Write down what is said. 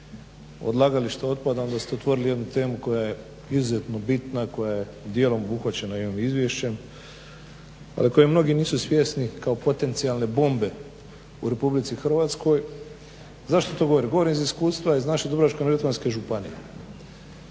odlagališta otpada onda ste otvorili jednu temu koja je izuzetno bitna, koja je djelom obuhvaćena i ovim izvješćem ali koje mnogi nisu svjesni kao potencijalne bombe u RH. Zašto to govorim? Govorim iz iskustva iz naše Dubrovačko-neretvanske županije.